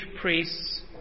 priests